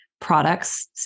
products